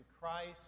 Christ